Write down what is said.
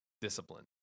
discipline